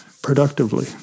productively